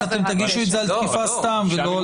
אתם תגישו את זה על תקיפה סתם ולא על זה.